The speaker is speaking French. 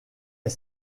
est